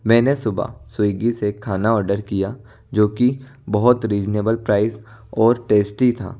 मैंने सुबह स्विग्गी से खाना ऑर्डर किया जो कि बहुत रीजनेबल प्राइस और टेस्टी था